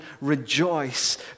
rejoice